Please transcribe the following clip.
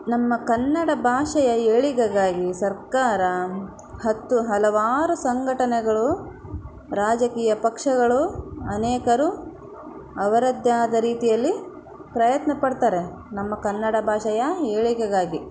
ನಮ್ಮ ಕನ್ನಡ ಭಾಷೆಯ ಏಳಿಗೆಗಾಗಿ ಸರ್ಕಾರ ಹತ್ತು ಹಲವಾರು ಸಂಘಟನೆಗಳು ರಾಜಕೀಯ ಪಕ್ಷಗಳು ಅನೇಕರು ಅವರದ್ದೇ ಆದ ರೀತಿಯಲ್ಲಿ ಪ್ರಯತ್ನ ಪಡ್ತಾರೆ ನಮ್ಮ ಕನ್ನಡ ಭಾಷೆಯ ಏಳಿಗೆಗಾಗಿ